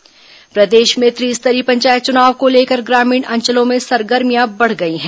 पंचायत चुनाव प्रदेश में त्रिस्तरीय पंचायत चुनाव को लेकर ग्रामीण अंचलों में सरगर्मियां बढ़ गई हैं